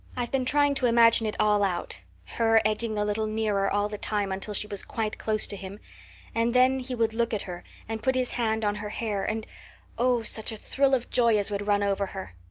i've been trying to imagine it all out her edging a little nearer all the time until she was quite close to him and then he would look at her and put his hand on her hair and oh, such a thrill of joy as would run over her!